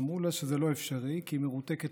אמרו לה שזה לא אפשרי כי היא מרותקת